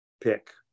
pick